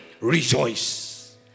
rejoice